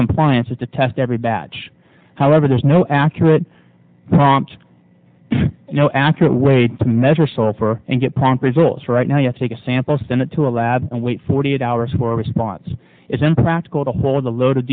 compliance is to test every batch however there's no accurate no accurate way to measure sulfur and get prompt results right now you have to take a sample send it to a lab and wait forty eight hours for a response is impractical to hold a load